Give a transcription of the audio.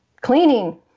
cleaning